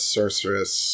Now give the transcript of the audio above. Sorceress